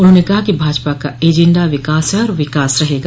उन्होंने कहा कि भाजपा का एजेंडा विकास है और विकास रहेगा